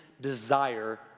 desire